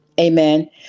Amen